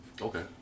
Okay